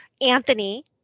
Anthony